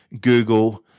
google